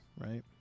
right